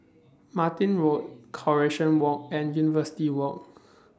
Martin Road Coronation Walk and University Walk